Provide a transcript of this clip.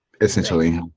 essentially